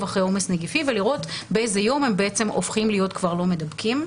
אחרי עומס נגיפי ולראות באיזה יום הם הופכים להיות לא מדבקים,